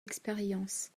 expérience